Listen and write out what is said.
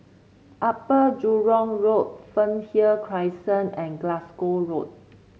Upper Jurong Road Fernhill Crescent and Glasgow Road